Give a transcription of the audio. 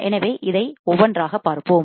எனவே இதை ஒவ்வொன்றாக பார்ப்போம்